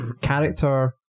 character